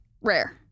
rare